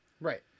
Right